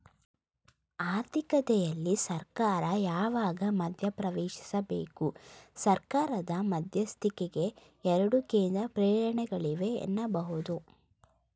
ಆರ್ಥಿಕತೆಯಲ್ಲಿ ಸರ್ಕಾರ ಯಾವಾಗ ಮಧ್ಯಪ್ರವೇಶಿಸಬೇಕು? ಸರ್ಕಾರದ ಮಧ್ಯಸ್ಥಿಕೆಗೆ ಎರಡು ಕೇಂದ್ರ ಪ್ರೇರಣೆಗಳಿವೆ ಎನ್ನಬಹುದು